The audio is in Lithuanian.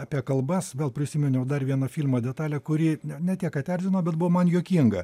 apie kalbas vėl prisiminiau dar vieną filmo detalę kuri ne tiek kad erzino bet buvo man juokinga